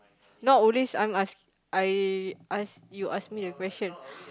not always I'm ask I ask you ask me the question